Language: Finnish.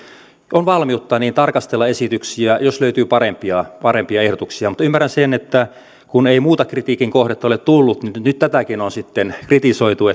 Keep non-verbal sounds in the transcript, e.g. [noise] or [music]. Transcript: on valmiutta tarkastella esityksiä jos löytyy parempia parempia ehdotuksia mutta ymmärrän sen että kun ei muuta kritiikin kohdetta ole tullut niin nyt nyt tätäkin on sitten kritisoitu [unintelligible]